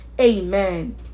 amen